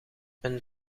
een